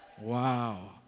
Wow